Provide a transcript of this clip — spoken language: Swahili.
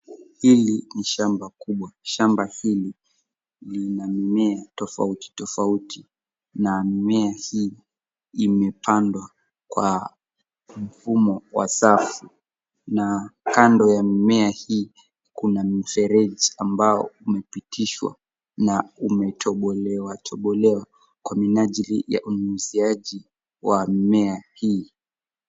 Hili ni shamba kubwa. Shamba hili lina mimea tofauti tofauti. Na mimea hii imepandwa kwa mfumo wa safu. Na kando ya mimea hii kuna mfereji ambao umepitishwa na umetobolewa tobolewa kwa minajili ya unyunyiziaji wa mimea hii.